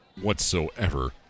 whatsoever